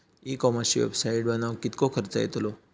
E कॉमर्सची website बनवक किततो खर्च येतलो?